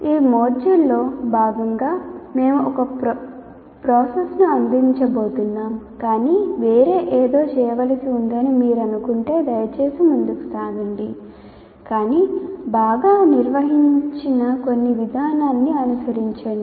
ఈ మాడ్యూల్లో భాగంగా మేము ఒక ప్రాసెస్ను అందించబోతున్నాం కాని వేరే ఏదో చేయవలసి ఉందని మీరు అనుకుంటే దయచేసి ముందుకు సాగండి కానీ బాగా నిర్వచించిన కొన్ని విధానాన్ని అనుసరించండి